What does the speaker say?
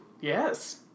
yes